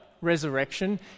resurrection